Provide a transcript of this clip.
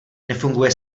nefunguje